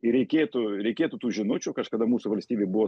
ir reikėtų reikėtų tų žinučių kažkada mūsų valstybėj buvo